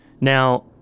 Now